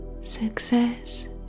Success